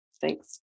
Thanks